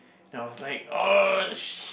and I was like sh~